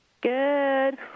Good